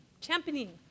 championing